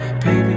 Baby